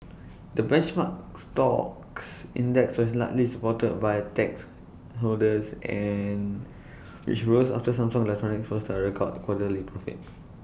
the benchmark stocks index was largely supported by tech holders and which rose after Samsung electronics posted A record quarterly profit